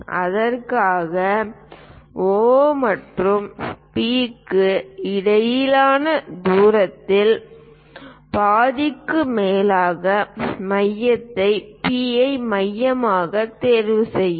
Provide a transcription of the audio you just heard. அதற்காக O மற்றும் P க்கு இடையிலான தூரத்தின் பாதிக்கும் மேலான மையத்தை P ஐ மையமாகத் தேர்வு செய்கிறோம்